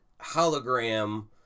hologram